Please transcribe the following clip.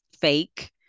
fake